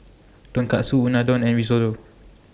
Tonkatsu Unadon and Risotto